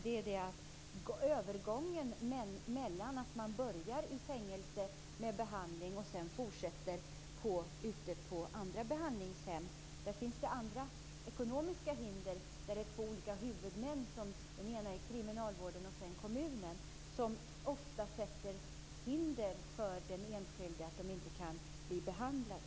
Det handlar om övergången från det att man börjar med behandlingen i fängelset och sedan fortsätter ute på andra behandlingshem. Där finns andra ekonomiska hinder, där det är två olika huvudmän, dvs. kriminalvården och kommunen, som ofta sätter hinder i vägen för den enskilde så att han inte kan bli behandlad.